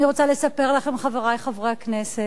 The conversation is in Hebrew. אני רוצה לספר לכם, חברי חברי הכנסת,